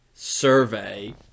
Survey